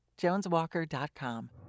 JonesWalker.com